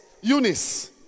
Eunice